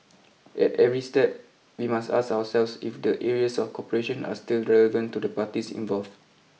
at every step we must ask ourselves if the areas of cooperation are still relevant to the parties involve